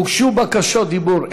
הוגשו בקשות דיבור.